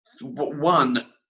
one